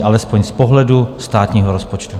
Alespoň z pohledu státního rozpočtu.